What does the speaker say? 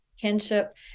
kinship